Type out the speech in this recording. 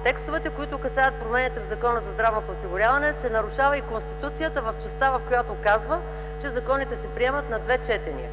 С текстовете, които касаят промените в Закона за здравното осигуряване, се нарушава и Конституцията в частта, в която казва, че законите се приемат на две четения.